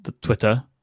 Twitter